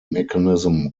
mechanism